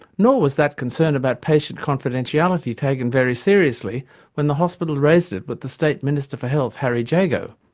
nor was that concern about patient confidentiality taken very seriously when the hospital raised it with the state minister for health, harry jago.